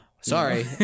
Sorry